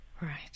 Right